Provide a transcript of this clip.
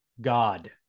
God